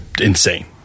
insane